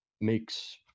makes